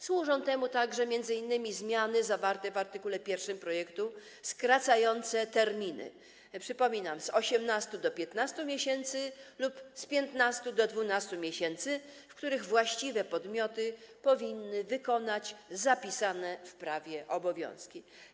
Służą temu także m.in. zmiany zawarte w art. 1 projektu skracające terminy - przypominam: z 18 do 15 miesięcy lub z 15 do 12 miesięcy - w których właściwe podmioty powinny wykonać zapisane w prawie obowiązki.